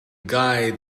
guy